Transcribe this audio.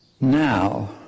now